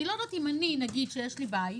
אני לא יודעת אם אני לדוגמה, שיש לי בית,